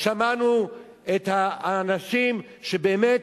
שמענו את האנשים שבאמת